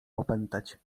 opętać